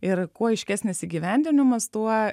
ir kuo aiškesnis įgyvendinimas tuo